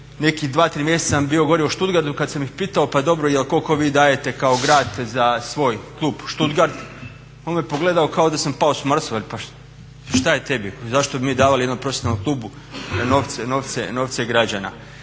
nekih 2, 3 mjeseca sam bio gore u Stuttgart pa sam ih pitao pa dobro koliko vi dajete za svoj klub Stuttgart, a on me pogledao kao da sam pao s Marsa pa šta je tebi zašto bi mi davali jednom profesionalnom klubu novce građana.